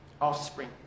offspring